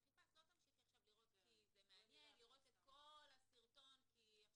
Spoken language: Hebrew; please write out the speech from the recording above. שחיפשת לא תמשיכי לראות את כל הסרטון כי זה מעניין